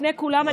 לפני כולם,